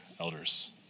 elders